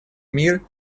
мир